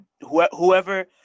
whoever